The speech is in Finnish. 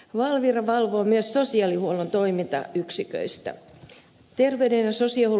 valvira valvoo myös sosiaalihuollon toimintayksiköitä